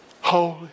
holy